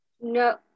No